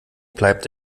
bleibt